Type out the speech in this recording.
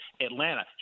atlanta